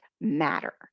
matter